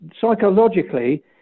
psychologically